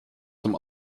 zum